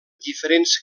diferents